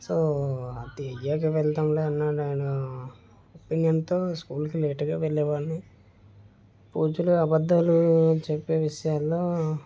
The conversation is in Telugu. సో అది అయ్యాక వెళ్తాములే అన్నా నేను ఒపీనియన్తో స్కూలుకు లేటుగా వెళ్లే వాన్ని పూజలు అబద్ధాలు చెప్పే విషయాల్లో